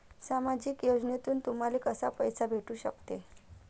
सामाजिक योजनेतून तुम्हाले कसा पैसा भेटू सकते?